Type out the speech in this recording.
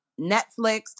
netflix